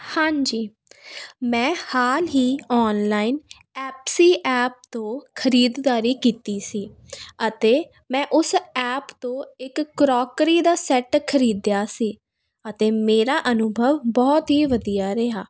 ਹਾਂਜੀ ਮੈਂ ਹਾਲ ਹੀ ਆਨਲਾਈਨ ਐਪਸੀ ਐਪ ਤੋਂ ਖਰੀਦਦਾਰੀ ਕੀਤੀ ਸੀ ਅਤੇ ਮੈਂ ਉਸ ਐਪ ਤੋਂ ਇੱਕ ਕਰੋਕਰੀ ਦਾ ਸੈਟ ਖਰੀਦਿਆ ਸੀ ਅਤੇ ਮੇਰਾ ਅਨੁਭਵ ਬਹੁਤ ਹੀ ਵਧੀਆ ਰਿਹਾ